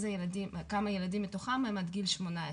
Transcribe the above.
כמה ילדים מתוכם הם עד גיל 18,